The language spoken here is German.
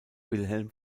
wilhelm